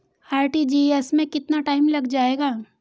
RTGS में कितना time लग जाएगा?